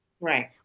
Right